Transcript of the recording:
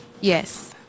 Yes